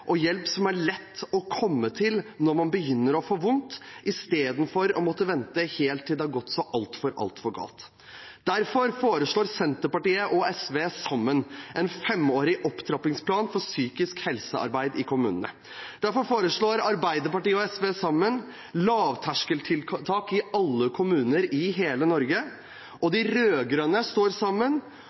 og hjelp som er lett å komme til når man begynner å få det vondt, istedenfor å måtte vente til det har gått så altfor, altfor galt. Derfor foreslår SV sammen med Senterpartiet en femårig opptrappingsplan for psykisk helsearbeid i kommunene, derfor foreslår SV sammen med Arbeiderpartiet lavterskeltiltak i alle kommuner i hele Norge, og derfor står de rød-grønne sammen